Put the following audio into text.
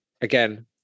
again